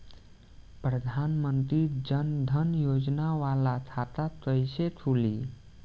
प्रधान मंत्री जन धन योजना वाला खाता कईसे खुली?